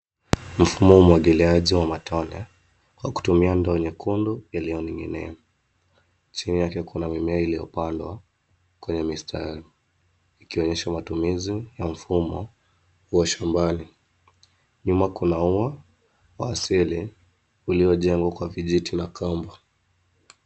Mfumo wa umwagiliaji wa matone kwa kutumia ndoo nyekundu iliyo na mimea. Chini yake kuna mimemea iliyopandwa kwenye mistari, ikionyesha matumizi ya mfumo wa shambani. Nyuma kuna ua wa asili uliojengwa kwa vijiti na kamba.